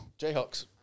Jayhawks